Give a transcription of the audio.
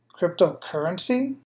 cryptocurrency